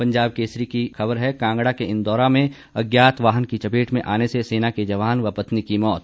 पंजाब केसरी की खबर है कांगड़ा के इंदौरा में अज्ञात वाहन की चपेट में आने से सेना के जवान व पत्नी की मौत